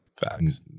facts